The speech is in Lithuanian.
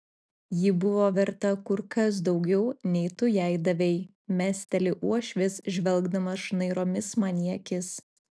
ji buvo verta kur kas daugiau nei tu jai davei mesteli uošvis žvelgdamas šnairomis man į akis